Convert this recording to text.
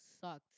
sucked